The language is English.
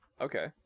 Okay